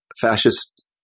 fascist